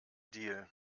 deal